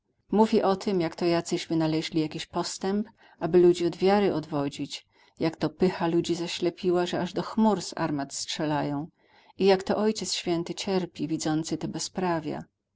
mówi o tem jak to jacyś wynaleźli jakiś postęp aby ludzi od wiary odwodzić jak to pycha ludzi zaślepiła że do chmur z armat strzelają i jak to ojciec święty cierpi widzący te bezprawia